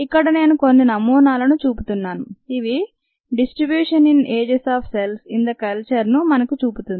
ఇక్కడ నేను కొన్నినమూనాలు చూపుతున్నాను ఇవి distribution in ages of cells in the culture ను మనకు చూపుతుంది